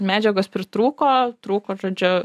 medžiagos pritrūko trūko žodžiu